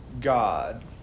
God